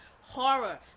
horror